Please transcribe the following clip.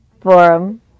Forum